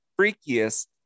freakiest